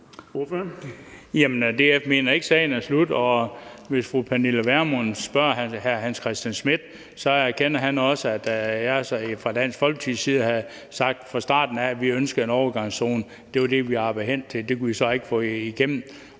DF mener ikke, at sagen er slut. Og hvis fru Pernille Vermund spørger hr. Hans Christian Schmidt, så erkender han også, at jeg og Dansk Folkeparti fra starten af har sagt, at vi ønsker en overgangszone. Det var det, vi arbejdede hen imod, men det kunne vi så ikke få igennem.